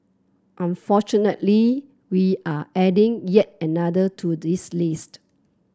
unfortunately we're adding yet another to this list